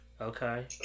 Okay